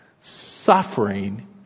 suffering